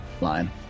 line